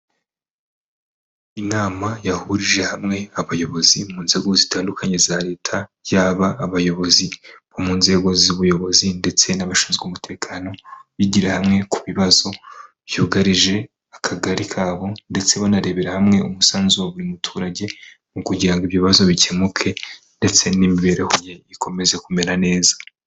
Inama yahurije hamwe abayobozi mu nzego zitandukanye za leta, yaba abayobozi bo mu nzego z'ubuyobozi ndetse n'abashinzwe umutekano, bigira hamwe ku bibazo byugarije akagari kabo ndetse banarebera hamwe umusanzu wa buri muturage, mu kugira ngo ibyo bibazo bikemuke ndetse n'imibereho ye ikomeze kumera neza.